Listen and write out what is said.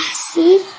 see